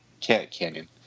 Canyon